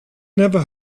never